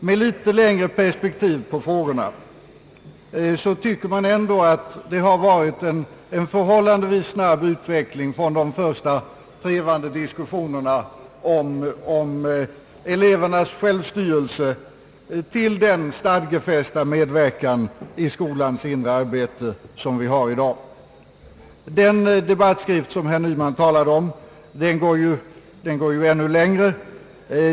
Med litet längre perspektiv på frågorna tycker man ändå att det varit en förhållandevis snabb utveckling från de första trevande diskussionerna om elevernas självstyrelse till den stadgefästa medverkan i skolans inre arbete som vi har i dag. Den debattskrift som herr Nyman talade om går ännu längre.